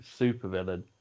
supervillain